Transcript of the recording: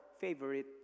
favorite